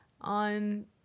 on